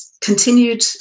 continued